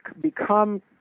become